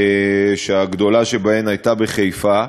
שהגדולה שבהן הייתה בחיפה.